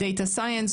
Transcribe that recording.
Data Science,